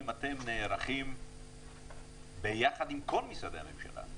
נערכים ביחד עם כל משרדי הממשלה,